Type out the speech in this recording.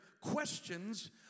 questions